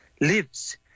lives